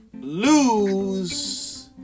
lose